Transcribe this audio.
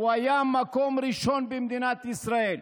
הוא היה מקום ראשון במדינת ישראל.